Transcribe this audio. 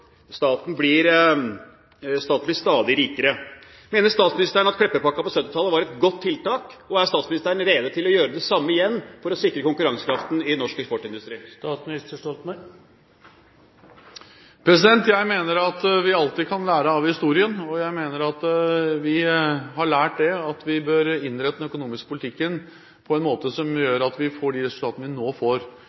staten blir stadig rikere. Mener statsministeren at Kleppe-pakka på 1970-tallet var et godt tiltak? Er statsministeren rede til å gjøre det samme igjen for å sikre konkurransekraften i norsk eksportindustri? Jeg mener at vi alltid kan lære av historien. Jeg mener at vi har lært det at vi bør innrette den økonomiske politikken på en måte som gjør at vi får de resultatene vi nå får.